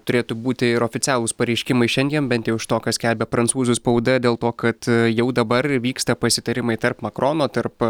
turėtų būti ir oficialūs pareiškimai šiandien bent iš to ką skelbia prancūzų spauda dėl to kad jau dabar vyksta pasitarimai tarp makrono tarp